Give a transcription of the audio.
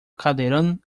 calderón